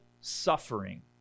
suffering